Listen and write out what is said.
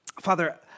Father